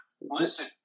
Listen